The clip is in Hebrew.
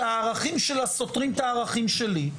שהערכים שלה סותרים את הערכים שלי,